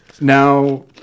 now